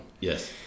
Yes